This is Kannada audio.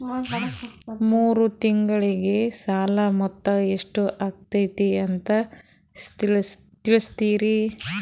ಮೂರು ತಿಂಗಳಗೆ ಸಾಲ ಮೊತ್ತ ಎಷ್ಟು ಆಗೈತಿ ಅಂತ ತಿಳಸತಿರಿ?